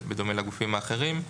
בדומה לגופים האחרים.